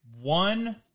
One